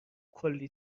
کلّی